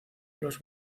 los